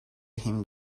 him